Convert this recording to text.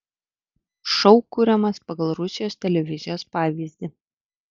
šou kuriamas pagal rusijos televizijos pavyzdį